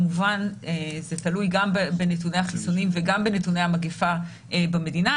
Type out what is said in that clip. כמובן זה תלוי גם בנתוני החיסונים וגם בנתוני המגפה במדינה.